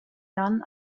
jahren